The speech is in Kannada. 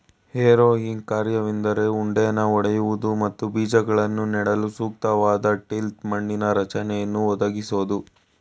ಹೆರೋಯಿಂಗ್ ಕಾರ್ಯವೆಂದರೆ ಉಂಡೆನ ಒಡೆಯುವುದು ಮತ್ತು ಬೀಜಗಳನ್ನು ನೆಡಲು ಸೂಕ್ತವಾದ ಟಿಲ್ತ್ ಮಣ್ಣಿನ ರಚನೆಯನ್ನು ಒದಗಿಸೋದು